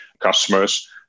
customers